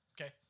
okay